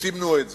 סימנו את זה.